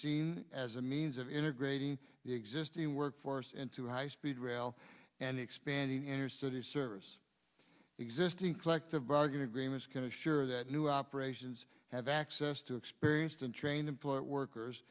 seen as a means of integrating the existing workforce into high speed rail and expanding inner city service existing collective bargaining agreements can assure that new operations have access to experienced and trained employed workers